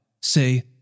say